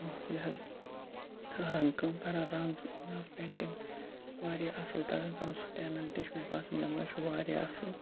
یہِ حظ رَنٛگ کٲم کَران رَنٛگ مےٚ ٲس پینٹِنٛگ واریاہ اَصل تَگان کَرُن سُہ ٹیلَنٹ تہِ چھُ مےٚ باسان مےٚ مَنٛز چھُ واریاہ اَصل